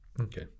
Okay